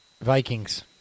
Vikings